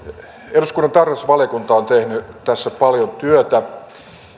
eduskunnan tarkastusvaliokunta on tehnyt tässä paljon työtä